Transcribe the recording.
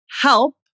help